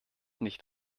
nicht